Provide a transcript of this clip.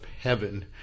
heaven